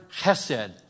chesed